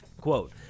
quote